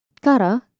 Kara